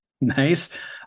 Nice